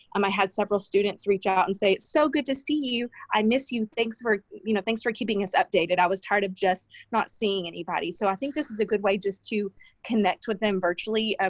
um i had several students reach out and say, it's so good to see you. i miss you. thanks for you know thanks for keeping us updated. i was tired of just not seeing anybody. so, i think this is a good way just to connect with them virtually, ah